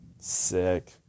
Sick